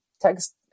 text